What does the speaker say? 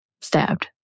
stabbed